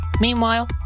Meanwhile